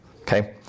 okay